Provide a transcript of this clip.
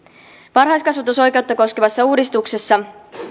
varhaiskasvatusoikeutta koskevassa uudistuksessa